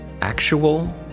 actual